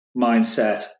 mindset